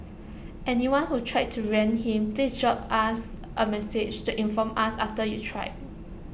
anyone who tried to rent him please drop us A message to inform us after you've tried